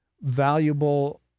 valuable